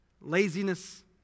laziness